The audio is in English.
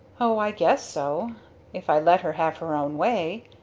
o i guess so if i let her have her own way.